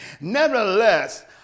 Nevertheless